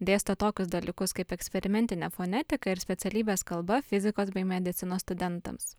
dėsto tokius dalykus kaip eksperimentinė fonetika ir specialybės kalba fizikos bei medicinos studentams